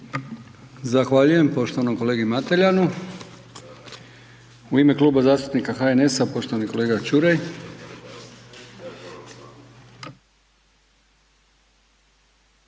Zahvaljujem poštovanom kolegi Mateljanu. U ime Kluba zastupnika HNS-a poštovani kolega Čuraj.